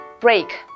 break